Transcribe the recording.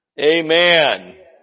Amen